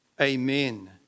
Amen